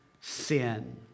sin